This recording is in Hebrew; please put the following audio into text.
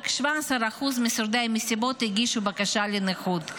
רק 17% משורדי המסיבות הגישו בקשה לנכות,